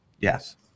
yes